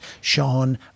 Sean